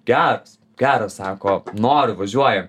geras geras sako noriu važiuojam